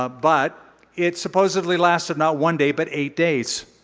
ah but it supposedly lasted not one day, but eight days.